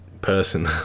person